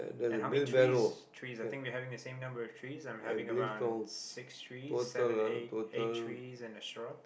and how many trees trees I think we are having the same number of trees I'm having around six trees seven eight eight trees and a shrub